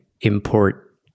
import